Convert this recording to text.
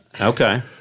Okay